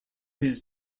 his